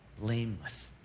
blameless